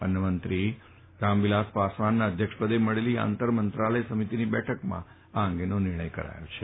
અન્ન મંત્રી રામવિલાસ પાસવાનના અધ્યક્ષપદે મળેલી આંતર મંત્રાલય સમિતિની બેઠકમાં આ નિર્ણય કરાયો છે